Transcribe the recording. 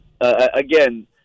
again